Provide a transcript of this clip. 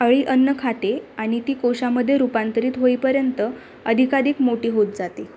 अळी अन्न खाते आणि ती कोशामध्ये रूपांतरित होईपर्यंत अधिकाधिक मोठी होत जाते